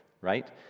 right